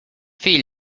feel